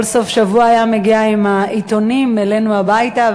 כל סוף שבוע הוא היה מגיע עם העיתונים אלינו הביתה,